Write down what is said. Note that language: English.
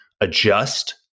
Adjust